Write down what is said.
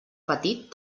petit